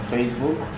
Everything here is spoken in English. Facebook